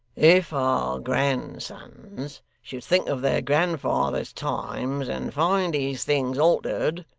if our grandsons should think of their grandfathers times, and find these things altered,